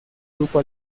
grupo